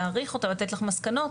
להעריך אותה ולהגיש לך מסקנות,